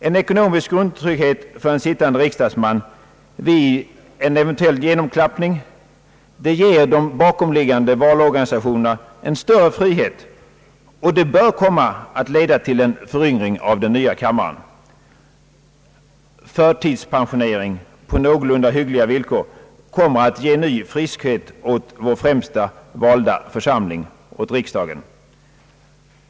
En ekonomisk grundtrygghet för sittande riksdagsman vid en eventuell genomklappning ger de bakomliggande valorganisationerna en större frihet och den bör komma att leda till en föryngring av den nya kammaren. »Förtidspensionering» på någorlunda hyggliga villkor kommer att ge ny friskhet åt vår främsta valda församling, åt riksdagen.